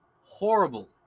horrible